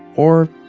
or,